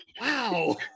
wow